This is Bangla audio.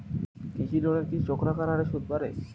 কৃষি লোনের কি চক্রাকার হারে সুদ বাড়ে?